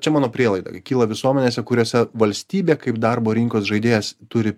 čia mano prielaida kyla visuomenėse kuriose valstybė kaip darbo rinkos žaidėjas turi